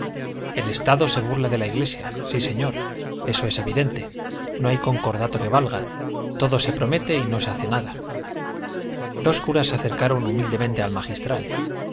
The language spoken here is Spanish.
el estado se burla de la iglesia sí señor eso es evidente no hay concordato que valga todo se promete y no se hace nada dos curas se acercaron humildemente al magistral